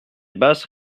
basses